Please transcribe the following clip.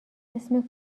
اسم